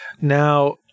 Now